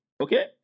Okay